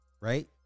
right